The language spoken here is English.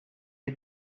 had